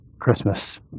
Christmas